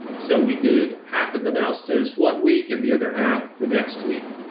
so we did half of the mouse dose one week and the other half the next week.